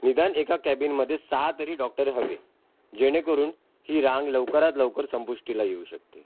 निदान एका कॅबिनमध्ये सहा तरी डॉक्टर हवे जेणेकरून ही रांग लवकरात लवकर संपुष्टीला येऊ शकते